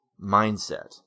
mindset